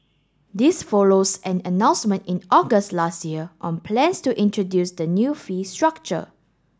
this follows an announcement in August last year on plans to introduce the new fee structure